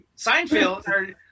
Seinfeld